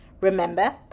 Remember